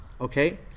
Okay